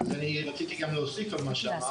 אני גם רציתי להוסיף על מה שאמרת,